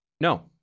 No